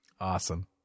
Awesome